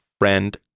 friend